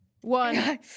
One